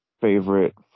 favorite